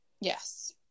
Yes